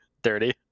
dirty